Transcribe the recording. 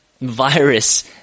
virus